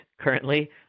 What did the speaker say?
currently